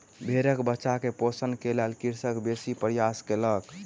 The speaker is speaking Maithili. भेड़क बच्चा के पोषण के लेल कृषक बेसी प्रयास कयलक